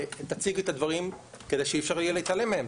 תציגו את הדברים כדי שאי אפשר יהיה להתעלם מהם,